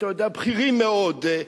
אתה יודע, בכירים מאוד.